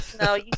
No